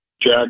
Jack